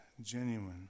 genuine